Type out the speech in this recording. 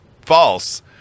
False